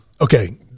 Okay